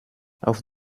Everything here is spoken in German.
auf